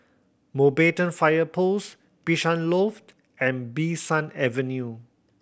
Mountbatten Fire Post Bishan Loft and Bee San Avenue